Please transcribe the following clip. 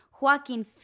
Joaquin